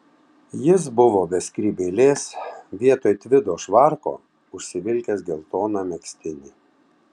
jis buvo be skrybėlės vietoj tvido švarko užsivilkęs geltoną megztinį